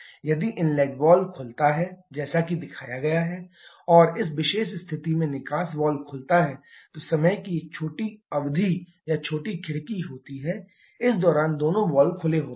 यदि inlet valve खुलता है जैसा कि दिखाया गया है और इस विशेष स्थिति में निकास वाल्व खुलता है तो समय की एक छोटी अवधि या छोटी खिड़की होती है इस दौरान दोनों वाल्व खुले होते हैं